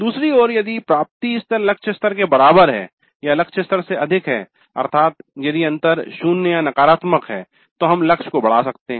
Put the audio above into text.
दूसरी ओर यदि प्राप्ति स्तर लक्ष्य स्तर के बराबर है या लक्ष्य स्तर से अधिक है अर्थात यदि अंतर 0 या नकारात्मक है तो हम लक्ष्य को बढ़ा सकते हैं